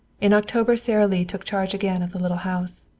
in october sara lee took charge again of the little house.